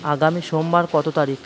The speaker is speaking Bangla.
আগামী সোমবার কতো তারিখ